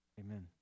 Amen